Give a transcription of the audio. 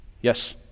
Yes